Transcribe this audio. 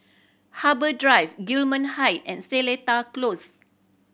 Harbour Drive Gillman Height and Seletar Close